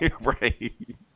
Right